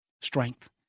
strength